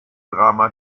drama